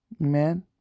Amen